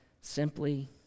simply